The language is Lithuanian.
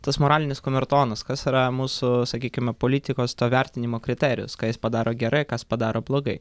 tas moralinis kamertonas kas yra mūsų sakykime politikos vertinimo kriterijus ką jis padaro gerai ką jis padaro blogai